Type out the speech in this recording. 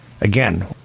Again